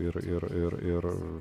ir ir ir ir